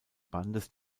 bands